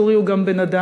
צורי הוא גם בן-אדם,